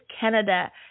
Canada